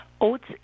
Oats